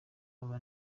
aba